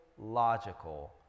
logical